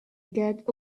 get